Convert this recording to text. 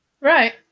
right